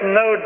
no